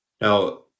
Now